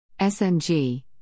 SMG